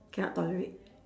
cannot tolerate